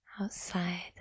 outside